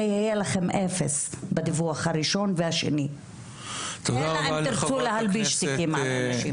המספר יהיה אפס בדיווח הראשון והשני אלא אם תרצו להלביש תיקים על אנשים.